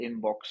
inbox